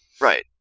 Right